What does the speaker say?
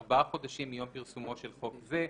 ארבעה חודשים מיום פרסומו של חוק זה,"